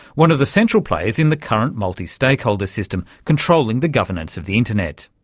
one of the central players in the current multi-stakeholder system controlling the governance of the internet.